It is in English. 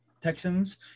Texans